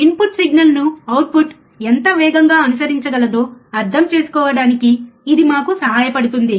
input సిగ్నల్ను output ఎంత వేగంగా అనుసరించగలదో అర్థం చేసుకోవడానికి ఇది మాకు సహాయపడుతుంది